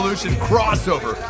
crossover